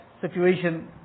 situation